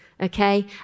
Okay